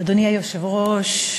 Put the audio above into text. אדוני היושב-ראש,